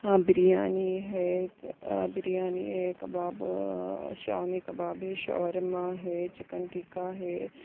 ہاں بریانی ہے بریانی ہے کباب شامی کباب ہے شاورما ہے چکن ٹکا ہے